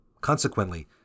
Consequently